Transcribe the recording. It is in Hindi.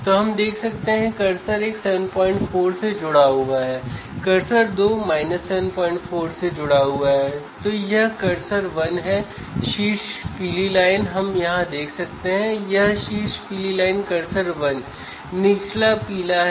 इस बफर की भूमिका लोडिंग प्रभाव को कम करने के लिए है